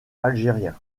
algérien